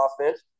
offense